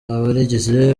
abarigize